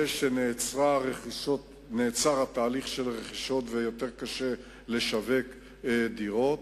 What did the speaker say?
זה שנעצר התהליך של הרכישות ויותר קשה לשווק דירות,